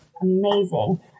amazing